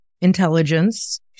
intelligence